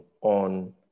on